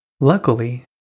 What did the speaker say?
Luckily